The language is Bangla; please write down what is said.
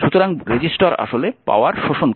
সুতরাং রেজিস্টার আসলে পাওয়ার শোষণ করে